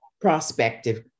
prospective